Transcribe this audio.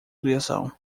criação